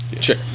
Sure